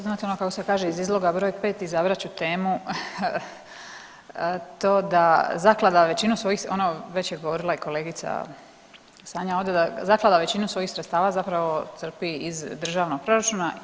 Znate ono kako se kaže iz izloga broj 5 izabrat ću temu to da zaklada većinu svojih, ono već je govorila i kolegica Sanja, zaklada većinu svojih sredstava zapravo crpi iz državnog proračuna.